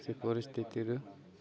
ସେ ପରିସ୍ଥିତିରୁ